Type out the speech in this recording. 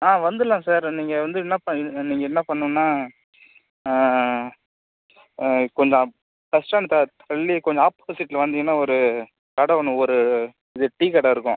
ஆ வந்துடலாம் சார் நீங்கள் வந்து என்னா பண்ணணும் நீங்கள் என்ன பண்ணணும்னா கொஞ்சம் அப் பஸ் ஸ்டாண்ட் த தள்ளி கொஞ்சம் ஆப்போசிட்டில் வந்தீங்கன்னால் ஒரு கடை ஒன்று ஒரு இது டீ கடை இருக்கும்